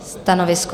Stanovisko?